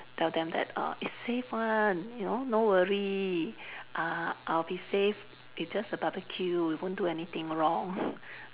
tell them that uh it's safe [one] you know no worry uh I'll be safe it's just a barbecue we won't do anything wrong